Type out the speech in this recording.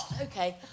Okay